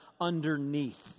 underneath